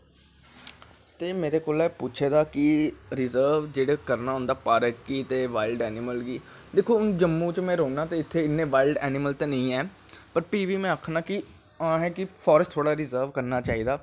ते मेरे कोला दा पुच्छे दा कि रिजर्व जेह्ड़े करनां उंदै बारै केह् बार्ल्ड ऐनिमल गी दिक्खो में जम्मू च रौह्नां ते इत्थें इन्नें बाईल्ड ऐनीमल नी हैन बट में फिर बी आखनां कि असैं पारेस्ट गी रिजर्व करनां चाही दा